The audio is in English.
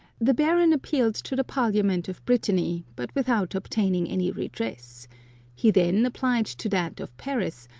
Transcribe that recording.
the baron appealed to the parliament of brittany, but without obtaining any redress he then applied to that of paris,